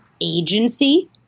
agency